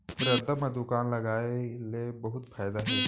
रद्दा म दुकान लगाय ले बहुत फायदा हे